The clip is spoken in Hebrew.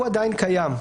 הוא עדיין קיים.